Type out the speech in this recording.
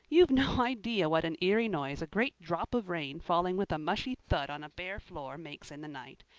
you've no idea what an eerie noise a great drop of rain falling with a mushy thud on a bare floor makes in the night.